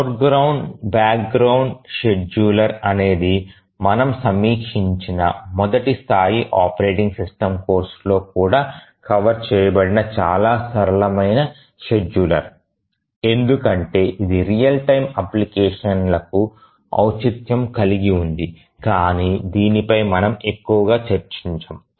foreground background scheduler అనేది మనము సమీక్షించిన మొదటి స్థాయి ఆపరేటింగ్ సిస్టమ్ కోర్సులో కూడా కవర్ చేయబడిన చాలా సరళమైన షెడ్యూలర్ ఎందుకంటే ఇది రియల్ టైమ్ అప్లికేషన్లకు ఔచిత్యం కలిగి ఉంది కానీ దీని పై మనము ఎక్కువగా చర్చించము